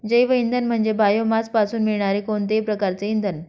जैवइंधन म्हणजे बायोमासपासून मिळणारे कोणतेही प्रकारचे इंधन